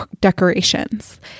decorations